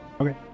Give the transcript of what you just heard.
Okay